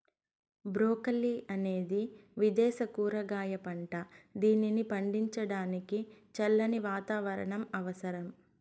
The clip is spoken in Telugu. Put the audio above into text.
బ్రోకలి అనేది విదేశ కూరగాయ పంట, దీనిని పండించడానికి చల్లని వాతావరణం అవసరం